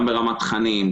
גם ברמת תכנים,